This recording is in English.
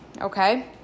Okay